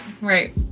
right